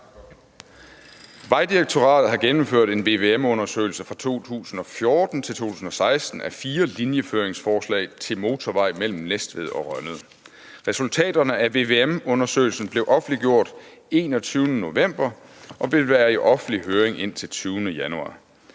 Vejdirektoratet har gennemført en VVM-undersøgelse fra 2014 til 2016 af fire linjeføringsforslag til motorvej mellem Næstved og Rønnede. Resultaterne af VVM-undersøgelsen blev offentliggjort den 21. november og vil være i offentlig høring indtil den 20. januar.